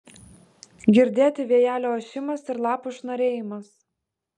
girdėti vėjelio ošimas ir lapų šnarėjimas